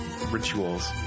rituals